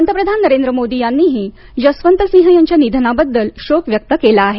पंतप्रधान नरेंद्र मोदी यांनीही जसवंत सिंह यांच्या निधनाबद्दल शोक व्यक्त केला आहे